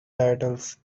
titles